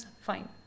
Fine